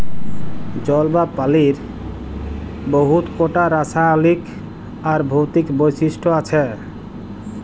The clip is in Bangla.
জল বা পালির বহুত কটা রাসায়লিক আর ভৌতিক বৈশিষ্ট আছে